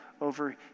over